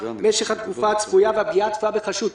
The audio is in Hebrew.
משך התקופה הצפויה והפגיעה הצפויה בחשוד".